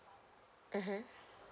mmhmm